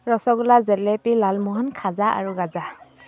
ৰসগোলা জেলেপি লালমোহন খাজা আৰু গাজা